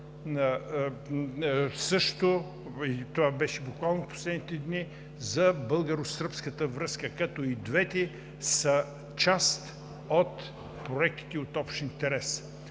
Загора, това също беше в последните дни за българо-сръбската връзка, като и двете са част от проектите от общ интерес.